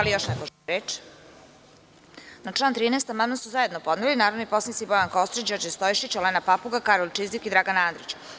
Da li još neko želi reč? (Ne) Na član 13. amandman su zajedno podneli narodni poslanici Bojan Kostreš, Đorđe Stojšić, Olena Papuga, Karolj Čizik i Dragan Andrić.